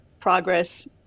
progress